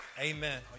Amen